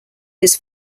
his